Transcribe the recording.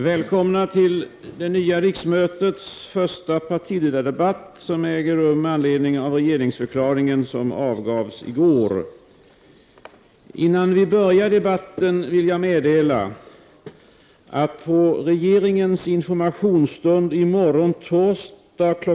Välkomna till det nya riksmötets första partiledardebatt som äger rum med anledning av regeringsförklaringen som avgavs i går. Innan vi börjar debatten vill jag meddela att statsrådet Lena Hejlm-Wallén på regeringens informationsstund i morgon torsdag kl.